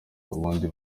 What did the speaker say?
ubundi